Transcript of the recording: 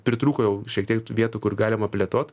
pritrūko jau šiek tiek tų vietų kur galima plėtot